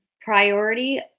priority